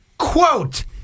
Quote